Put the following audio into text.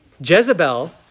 Jezebel